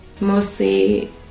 mostly